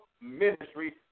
ministry